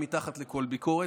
מתחת לכל ביקורת,